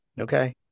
Okay